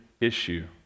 issue